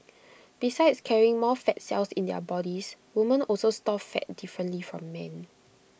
besides carrying more fat cells in their bodies women also store fat differently from men